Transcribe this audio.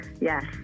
yes